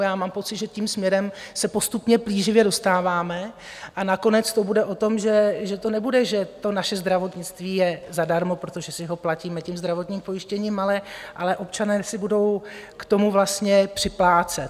Já mám pocit, že tím směrem se postupně plíživě dostáváme a nakonec to bude o tom, že to nebude, že naše zdravotnictví je zadarmo, protože si ho platíme tím zdravotním pojištěním, ale občané si budou k tomu vlastně připlácet.